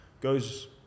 goes